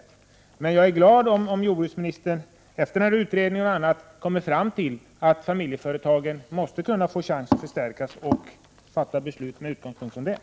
Jag skulle emellertid bli glad om jordbruksministern när denna utredning är klar kommer fram till att familjeföretagen måste få möjlighet att förstärkas och fattar beslut med utgångspunkt i detta.